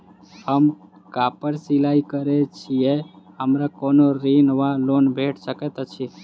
हम कापड़ सिलाई करै छीयै हमरा कोनो ऋण वा लोन भेट सकैत अछि?